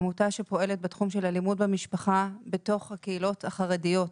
עמותה שפועלת בתחום של אלימות במשפחה בתוך הקהילות החרדיות.